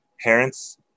parents